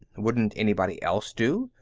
wouldn't anybody else do?